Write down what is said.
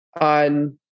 on